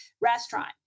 restaurant